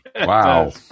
Wow